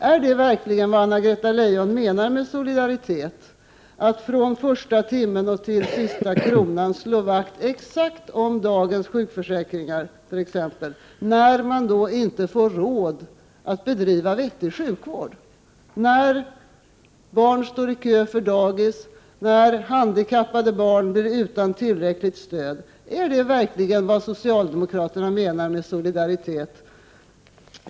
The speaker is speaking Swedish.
Är detta verkligen vad Anna-Greta Leijon menar med solidaritet, dvs. att från första timmen till sista kronan slå vakt exakt om dagens sjukförsäkringar, när man inte får råd att bedriva vettig sjukvård, när barn står i kö för plats på dagis, när handikappade barn blir utan tillräckligt stöd? Är detta verkligen vad socialdemokraterna menar med solidaritet?